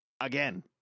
again